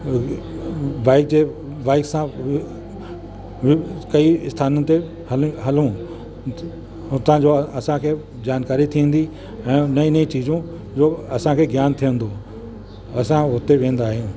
bike जे bike सां कई स्थानुनि ते हल हलूं हुतां जो असांखे जानकारी थींदी ऐं नई नई चीजूं जो असांखे ज्ञान थींदो असां हुते वेंदा आहियूं